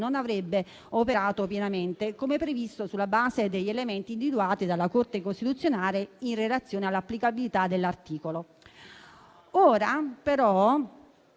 non avrebbe operato pienamente, come previsto sulla base degli elementi individuati dalla Corte costituzionale in relazione all'applicabilità dell'articolo. Ora, però,